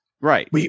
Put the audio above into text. Right